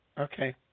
okay